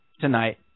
tonight